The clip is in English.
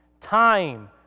Time